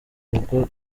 rugo